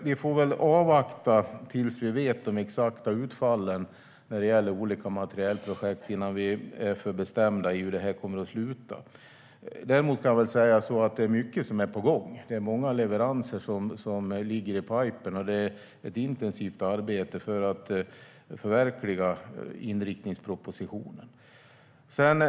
Vi får väl avvakta tills vi vet de exakta utfallen när det gäller olika materielprojekt innan vi är för bestämda i hur det kommer att sluta. Däremot är mycket på gång. Det är många leveranser som ligger i pipeline. Det är ett intensivt arbete för att förverkliga inriktningspropositionen.